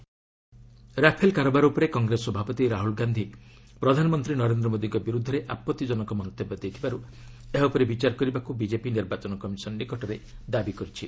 BJP Rahul Rafale କାରବାର ଉପରେ କଂଗ୍ରେସ ସଭାପତି ରାହ୍ରଲ୍ ଗାନ୍ଧି ପ୍ରଧାନମନ୍ତ୍ରୀ ନରେନ୍ଦ୍ର ମୋଦିଙ୍କ ବିରୁଦ୍ଧରେ ଆପଉିଜନକ ମନ୍ତବ୍ୟ ଦେଇଥିବାରୁ ଏହା ଉପରେ ବିଚାର କରିବାକୁ ବିକେପି ନିର୍ବାଚନ କମିଶନ୍ ନିକଟରେ ଦାବି କରିଛି